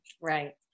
Right